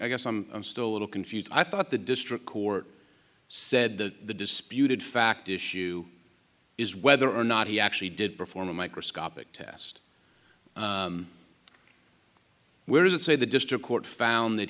i guess i'm i'm still a little confused i thought the district court said that the disputed fact issue is whether or not he actually did perform a microscopic test where you say the district court found that